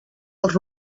els